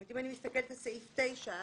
אם אני מסתכלת על סעיף (9),